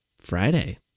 Friday